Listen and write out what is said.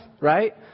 right